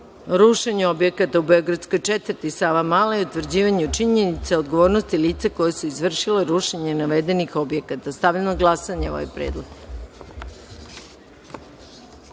rušenju objekta u Beogradskoj četvrti Savamala i utvrđivanju činjenica o odgovornosti lica koja su izvršila rušenje navedenih objekata. Stavljam na glasanje ovaj